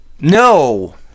No